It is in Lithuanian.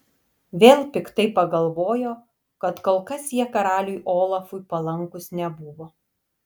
vėl piktai pagalvojo kad kol kas jie karaliui olafui palankūs nebuvo